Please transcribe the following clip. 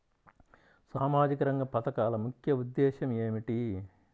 సామాజిక రంగ పథకాల ముఖ్య ఉద్దేశం ఏమిటీ?